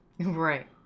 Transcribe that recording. Right